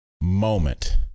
moment